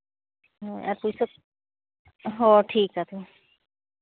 ᱦᱳᱭ ᱟᱨ ᱯᱩᱭᱥᱟᱹ ᱦᱚᱸ ᱴᱷᱤᱠ